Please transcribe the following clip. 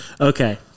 Okay